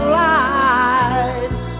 lights